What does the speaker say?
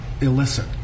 Illicit